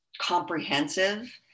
comprehensive